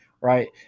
right